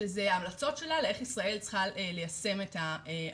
שזה ההמלצות שלה לאיך ישראל צריכה ליישם את האמנה.